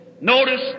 Notice